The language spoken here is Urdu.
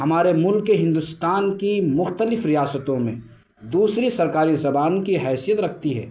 ہمارے ملک ہندوستان کی مختلف ریاستوں میں دوسری سرکاری زبان کی حیثیت رکھتی ہے